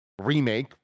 remake